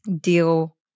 deal